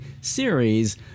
series